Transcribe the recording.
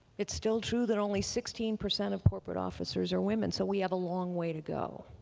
it's still true that only sixteen percent of corporate officers are women, so we have a long way to go.